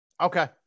Okay